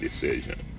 decision